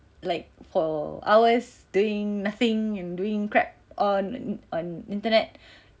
like for hours doing nothing and doing crap on on internet